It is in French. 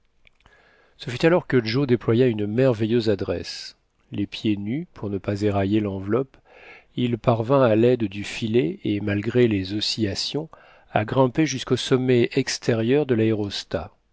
ce fut alors que joe déploya une merveilleuse adresse les pieds nus pour ne pas érailler l'enveloppe il parvint à l'aide du filet et malgré les oscillations à grimper jusqu'au sommet extérieur de l'aérostat